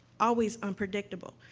always unpredictable.